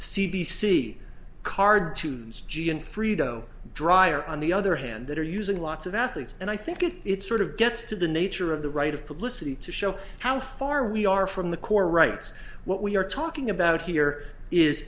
c card to use g and fredo dryer on the other hand that are using lots of athletes and i think it it's sort of gets to the nature of the right of publicity to show how far we are from the core rights what we're talking about here is